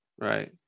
right